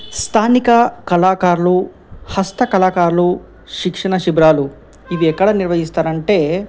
స్థానిక కళాకారులు హస్త కళాకారులు శిక్షణ శిబిరాలు ఇవి ఎక్కడ నిర్వహిస్తారంటే